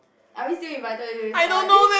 are we still invited to his o_r_d